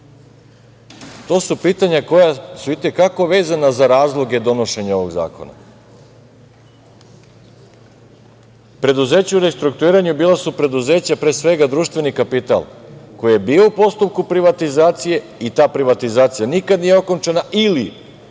To su pitanja koja su i te kako vezana za razloge donošenja ovog zakona. Preduzeća u restrukturiranju bila su preduzeća pre svega društvenog kapitala koji je bio u postupku privatizacije i ta privatizacija nikada nije okončana ili